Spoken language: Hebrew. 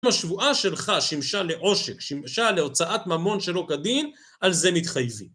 אם השבועה שלך שימשה לעושק, שימשה להוצאת ממון שלא כדין, על זה מתחייבים.